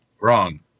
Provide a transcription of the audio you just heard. Wrong